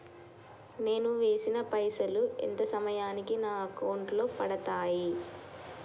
నేను వేసిన పైసలు ఎంత సమయానికి నా అకౌంట్ లో పడతాయి?